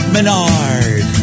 Menard